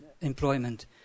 employment